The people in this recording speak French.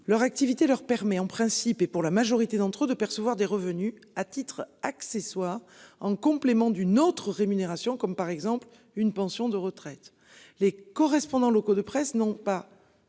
Leur activité leur permet en principe et pour la majorité d'entre eux de percevoir des revenus à titre accessoire en complément d'une autre rémunération comme par exemple une pension de retraite. Les correspondants locaux de presse non pas.